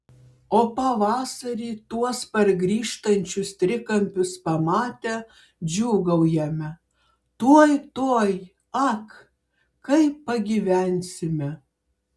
o pavasarį tuos pargrįžtančius trikampius pamatę džiūgaujame tuoj tuoj ak kaip pagyvensime